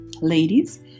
Ladies